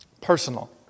personal